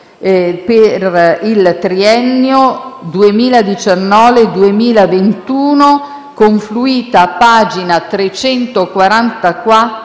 per il triennio 2019-2021, confluita a pagina 344